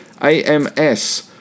AMS